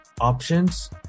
options